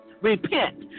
repent